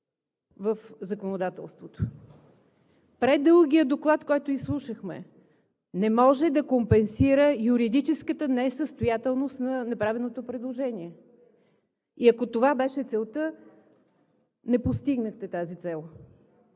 в законодателството. Предългият доклад, който изслушахме, не може да компенсира юридическата несъстоятелност на направеното предложение. Ако това беше целта – не постигнахте тази цел.